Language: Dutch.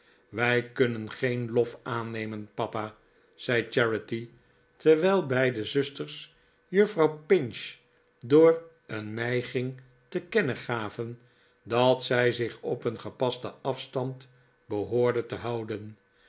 wij kunnen geen lof aannemen papa zei charity terwijl beide zusters juffrouw pinch door een nijging te kennen gaven dat zij zich op een gepasten afstand behoorde te houden